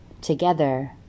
together